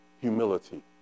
Humility